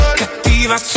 cattiva